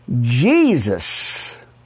Jesus